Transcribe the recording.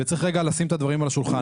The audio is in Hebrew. וצריך רגע לשים את הדברים על השולחן.